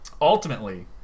ultimately